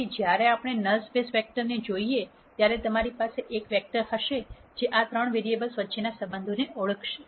તેથી જ્યારે આપણે નલ સ્પેસ વેક્ટરને જોઈએ ત્યારે તમારી પાસે એક વેક્ટર હશે જે આ ત્રણ વેરીએબલ્સ વચ્ચેના સંબંધને ઓળખશે